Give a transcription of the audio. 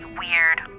weird